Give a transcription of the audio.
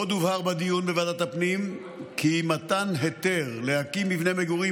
עוד הובהר בדיון בוועדת הפנים כי מתן היתר להקים מבנה מגורים